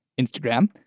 Instagram